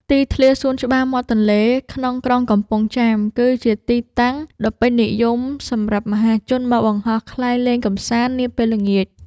ទីធ្លាសួនច្បារមាត់ទន្លេក្នុងក្រុងកំពង់ចាម គឺជាទីតាំងដ៏ពេញនិយមសម្រាប់មហាជនមកបង្ហោះខ្លែងលេងកម្សាន្តនាពេលល្ងាច។